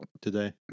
today